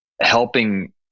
helping